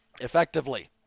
effectively